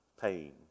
pain